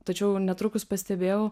tačiau netrukus pastebėjau